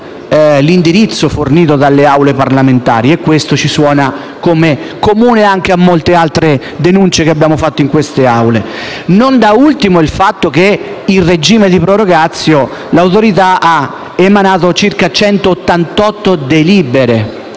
l'indirizzo fornito dalle Assemblee parlamentari, e questo ci suona come comune a molte altre denunce che abbiamo fatto in queste Aule. Non da ultimo il fatto che, in regime di *prorogatio*, l'Autorità ha emanato circa 188 delibere: